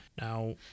Now